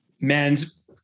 men's